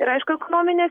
ir aišku ekonominė